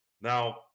Now